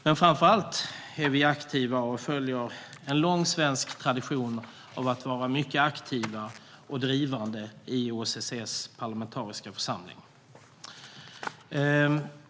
Men framför allt är vi aktiva och följer en lång svensk tradition av att vara mycket aktiva och drivande i OSSE:s parlamentariska församling.